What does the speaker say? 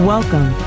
Welcome